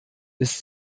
ist